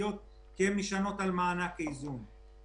אמרתי לו את זה כי אצלנו יש פתגם: "מגנים את העיוור על העיוורון שלו".